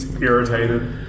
irritated